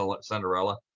Cinderella